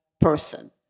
person